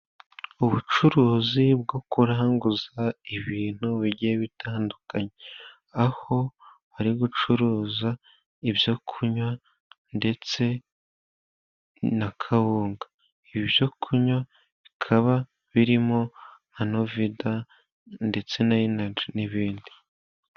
Ubucuruzi bwo kuranguza ibintu bigiye bitandukanye, aho bari gucuruza ibyo kunywa ndetse na kawunga, ibyo kunywa bikaba birimo nka novida ndetse na inaji n'ibindi.